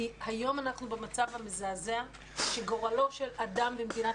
כי היום אנחנו במצב המזעזע שגורלו של אדם במדינת